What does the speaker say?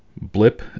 Blip